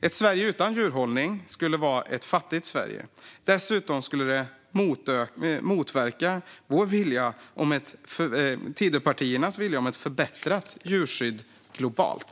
Ett Sverige utan djurhållning skulle vara ett fattigt Sverige. Dessutom skulle det motverka Tidöpartiernas vilja att förbättra djurskyddet globalt.